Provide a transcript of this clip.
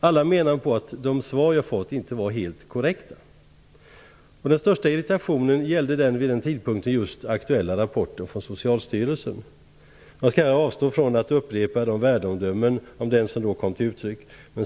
Alla menade att de svar som jag fått inte var helt korrekta. Den största irritationen gällde den vid den tidpunkten aktuella rapporten från Socialstyrelsen. Jag kan avstå från att här upprepa de värdeomdömen om den som då kom till uttryck.